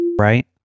right